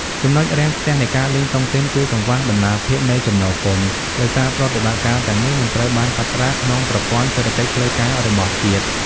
ចំណុចរាំងស្ទះនៃការលេងតុងទីនគឺ "កង្វះតម្លាភាពនៃចំណូលពន្ធ" ដោយសារប្រតិបត្តិការទាំងនេះមិនត្រូវបានកត់ត្រាក្នុងប្រព័ន្ធសេដ្ឋកិច្ចផ្លូវការរបស់ជាតិ។